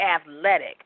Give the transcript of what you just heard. athletic